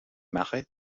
marais